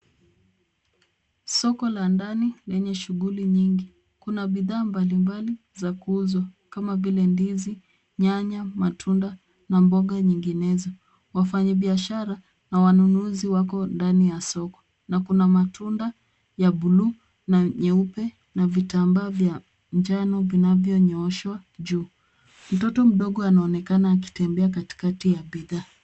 Soko la ndani lenye shughuli nyingi. Kuna bidhaa mbalimbali za kuuzwa kama vile ndizi, nyanya, matunda na mboga zinginezo. Wafanyabiashara na wanunuzi wako ndani ya soko na kuna matunda ya buluu na nyeupe na vitambaa vya njano vina nyooshwa juu. Mtoto mdogo anaonekana akitembea katikati ya bidhaa.